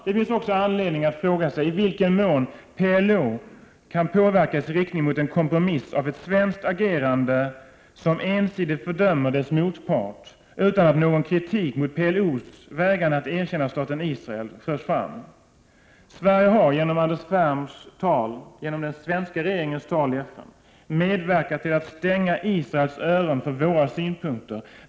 Det finns också anledning att fråga sig i vilken mån PLO kan påverkas i riktning mot en kompromiss när det gäller ett svenskt agerande som ensidigt fördömer dess motpart utan att någon kritik mot PLO:s vägran att erkänna staten Israel förs fram. Sverige har genom Anders Ferms tal, genom den svenska regeringens tal, i FN medverkat till att stänga Israels öron för våra synpunkter.